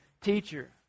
teacher